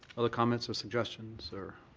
other comments or suggestions, or